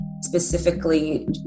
specifically